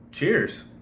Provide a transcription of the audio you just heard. Cheers